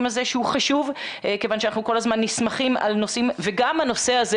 הזה שהוא חשוב כיוון שאנחנו כל הזמן נסמכים על --- וגם הנושא הזה